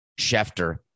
Schefter